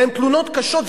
והן תלונות קשות,